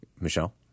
Michelle